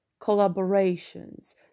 collaborations